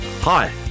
Hi